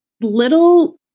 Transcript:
little